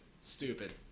stupid